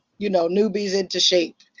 you know, newbies into shape.